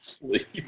sleep